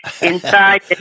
inside